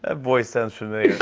ah voice sounds familiar.